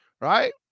right